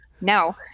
No